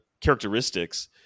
characteristics